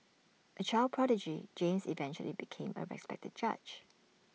A child prodigy James eventually became A respected judge